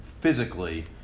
physically